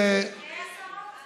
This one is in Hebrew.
מי היה שר האוצר?